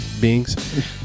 beings